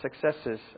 successes